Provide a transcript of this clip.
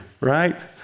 right